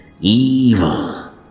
evil